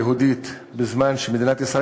מי שישיב, סגן שר החוץ זאב